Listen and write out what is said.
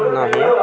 नाही